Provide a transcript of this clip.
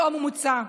לאום ומוצא.